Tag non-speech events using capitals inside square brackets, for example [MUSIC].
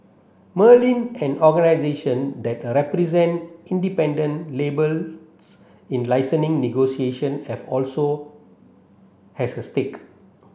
Merlin an organisation that a represent independent labels in [UNINTELLIGIBLE] negotiation have also has a stake